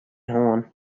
hân